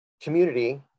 community